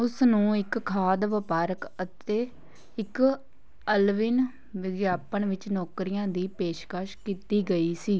ਉਸ ਨੂੰ ਇੱਕ ਖਾਦ ਵਪਾਰਕ ਅਤੇ ਇੱਕ ਅਲਵਿਨ ਵਿਗਿਆਪਨ ਵਿੱਚ ਨੌਕਰੀਆਂ ਦੀ ਪੇਸ਼ਕਸ਼ ਕੀਤੀ ਗਈ ਸੀ